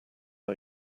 are